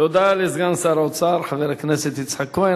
תודה לסגן שר האוצר, חבר הכנסת יצחק כהן.